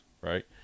right